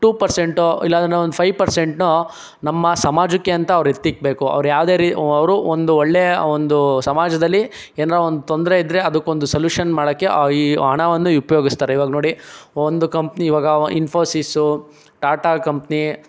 two ಪರ್ಸೆಂಟೊ ಇಲ್ಲಾಂದ್ರೆ ಒಂದು ಫೈವ್ ಪರ್ಸೆಂಟ್ನೊ ನಮ್ಮ ಸಮಾಜಕ್ಕೆ ಅಂತ ಅವ್ರು ಎತ್ತಿಡ್ಬೇಕು ಅವ್ರು ಯಾವುದೇ ರೀ ಅವರು ಒಂದು ಒಳ್ಳೆಯ ಒಂದು ಸಮಾಜದಲ್ಲಿ ಏನಾರ ಒಂದು ತೊಂದರೆ ಇದ್ದರೆ ಅದಕ್ಕೊಂದು ಸೊಲ್ಯೂಷನ್ ಮಾಡೋಕೆ ಈ ಹಣ ಒಂದು ಉಪಯೋಗಿಸ್ತಾರೆ ಈವಾಗ ನೋಡಿ ಒಂದು ಕಂಪ್ನಿ ಈವಾಗ ಇನ್ಫೋಸಿಸು ಟಾಟಾ ಕಂಪ್ನಿ